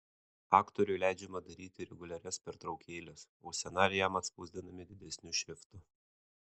aktoriui leidžiama daryti reguliarias pertraukėles o scenarijai jam atspausdinami didesniu šriftu